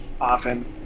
often